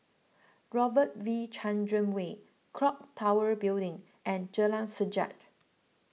Robert V Chandran Way Clock Tower Building and Jalan Sajak